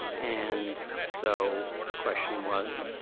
and so the question was,